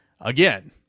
again